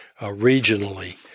regionally